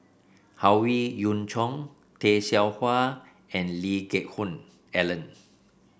Howe Yoon Chong Tay Seow Huah and Lee Geck Hoon Ellen